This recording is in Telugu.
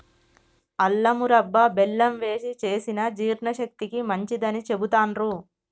అల్లం మురబ్భ బెల్లం వేశి చేసిన జీర్ణశక్తికి మంచిదని చెబుతాండ్రు